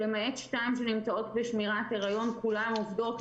שלמעט שתיים שנמצאות בשמירת הריון כולן עובדות,